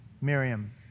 Miriam